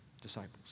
disciples